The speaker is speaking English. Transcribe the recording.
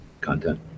content